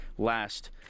last